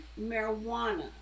marijuana